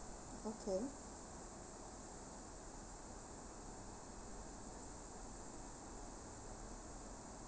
okay